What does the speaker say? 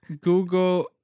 Google